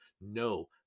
No